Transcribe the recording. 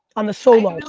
on the solo,